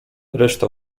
reszta